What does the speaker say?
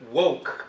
woke